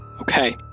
Okay